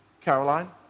Caroline